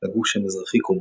לגוש המזרחי-קומוניסטי.